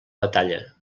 batalla